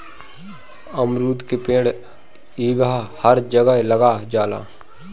अमरूद के पेड़ इहवां हर जगह लाग जाला